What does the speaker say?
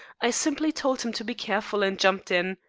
i simply told him to be careful, and jumped in.